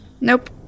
nope